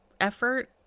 effort